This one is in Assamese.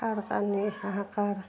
কাৰ কাৰণে হাহাকাৰ